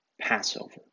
Passover